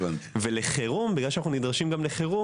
בגלל שאנחנו נדרשים גם לחירום,